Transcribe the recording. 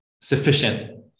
sufficient